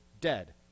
dead